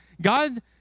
God